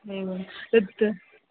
एवं तत्